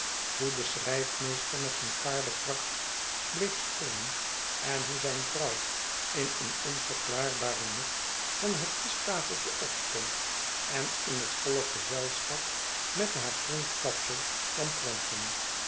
hoe de schrijfmeester met een paardekracht bleef springen en hoe zijn vrouw in een onverklaarbare nuk van het whisttafeltje opstond en in het voile gezelschap met haar groen kapsel kwam pronken